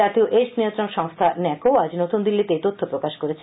জাতীয় এইডস নিয়ন্ত্রণ সংস্থা এনএসিও আজ নতুন দিল্লিতে এই তথ্য প্রকাশ করেছে